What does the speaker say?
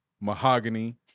Mahogany